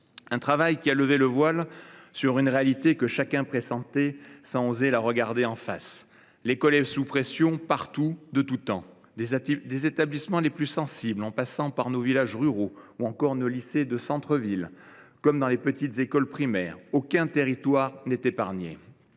contrôle. Il a levé le voile sur une réalité que chacun pressentait sans oser la regarder en face : l’école est sous pression, partout, tout le temps. Des établissements les plus sensibles à nos villages ruraux en passant par nos lycées de centre ville ou encore par les petites écoles primaires, aucun territoire n’est épargné.